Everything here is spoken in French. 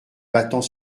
battant